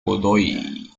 godoy